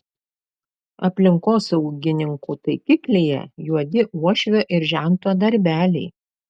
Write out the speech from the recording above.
aplinkosaugininkų taikiklyje juodi uošvio ir žento darbeliai